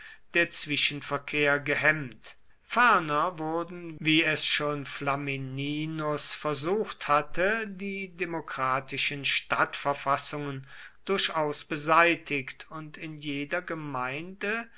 der zwischenverkehr gehemmt ferner wurden wie es schon flamininus versucht hatte die demokratischen stadtverfassungen durchaus beseitigt und in jeder gemeinde